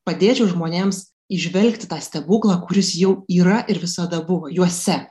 padėčiau žmonėms įžvelgti tą stebuklą kuris jau yra ir visada buvo juose